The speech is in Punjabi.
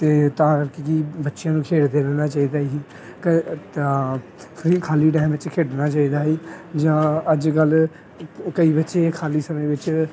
ਅਤੇ ਤਾਂ ਕਿ ਬੱਚਿਆਂ ਨੂੰ ਖੇਡਦੇ ਰਹਿਣਾ ਚਾਹੀਦਾ ਹੈ ਜੀ ਕ ਤਾਂ ਫਰੀ ਖਾਲੀ ਟਾਇਮ ਵਿੱਚ ਖੇਡਣਾ ਚਾਹੀਦਾ ਹੈ ਜੀ ਜਾਂ ਅੱਜ ਕੱਲ ਕਈ ਬੱਚੇ ਖਾਲੀ ਸਮੇਂ ਵਿੱਚ